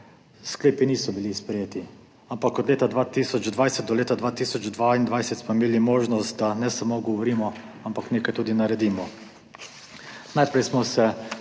Sklepi niso bili sprejeti, ampak od leta 2020 do leta 2022 smo imeli možnost, da ne samo govorimo, ampak nekaj tudi naredimo. Najprej smo se